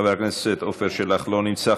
חבר הכנסת עפר שלח, לא נמצא.